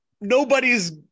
nobody's